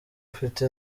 ufite